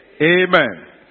Amen